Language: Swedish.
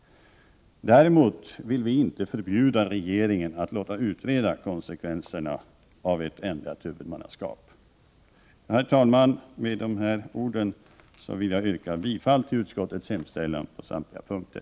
Däremot vill vi inte förbjuda regeringen att låta utreda konsekvenserna av ett ändrat huvudmannaskap. Herr talman! Med dessa ord vill jag yrka bifall till utskottets hemställan på samtliga punkter.